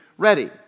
Ready